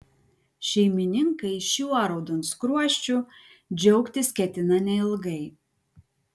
šeimininkai šiuo raudonskruosčiu džiaugtis ketina neilgai